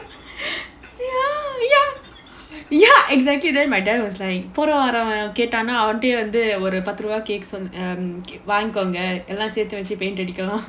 ya exactly then my dad was like போற வரவன் கேட்டானா அவன்டயே வந்து ஒரு பத்து ரூபாய் வாங்கிக்கோங்க எல்லாம் சேர்த்து வச்சு:pora varavan kettaanaa avantayae vanthu oru pathu rupaai vaangikonga ellaam serthu vachu paint அடிக்கலாம்:adikkalaam